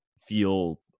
feel